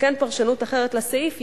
שכן פרשנות אחרת לסעיף,